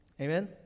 Amen